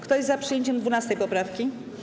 Kto jest za przyjęciem 12. poprawki?